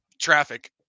traffic